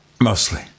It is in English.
Mostly